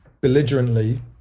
belligerently